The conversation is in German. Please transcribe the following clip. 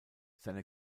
seine